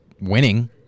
winning